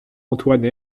antoine